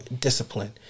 discipline